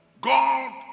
God